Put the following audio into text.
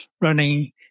running